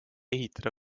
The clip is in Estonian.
ehitada